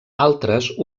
altres